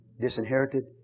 disinherited